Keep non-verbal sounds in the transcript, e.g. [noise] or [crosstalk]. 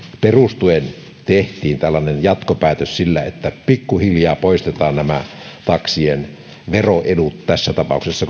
perustuen tehtiin tällainen jatkopäätös sillä että pikkuhiljaa poistetaan nämä taksien veroedut tässä tapauksessa [unintelligible]